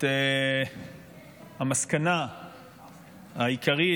את המסקנה העיקרית,